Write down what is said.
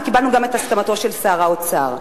וקיבלנו גם את הסכמתו של שר האוצר.